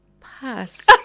pass